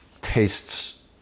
Tastes